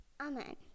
Amen